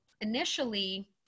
initially